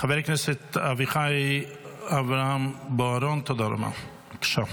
חבר הכנסת אביחי אברהם בוארון, תודה רבה, בבקשה.